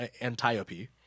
Antiope